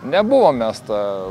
nebuvom mes ta